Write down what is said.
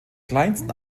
kleinsten